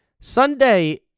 Sunday